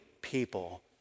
people